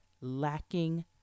lacking